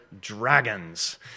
dragons